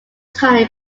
tiny